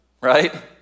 right